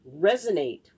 resonate